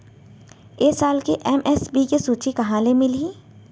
ए साल के एम.एस.पी के सूची कहाँ ले मिलही?